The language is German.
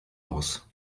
aus